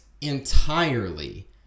entirely